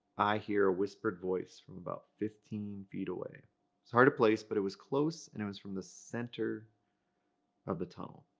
i hear a whispered voice from about fifteen feet away. it was hard to place, but it was close, and it was from the center of the tunnel.